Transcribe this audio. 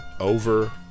Over